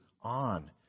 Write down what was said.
on